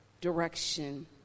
direction